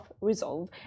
resolve